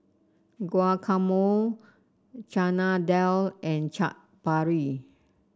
Guacamole Chana Dal and Chaat Papri